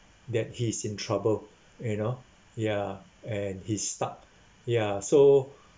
that he's in trouble you know ya and he's stuck ya so